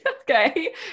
Okay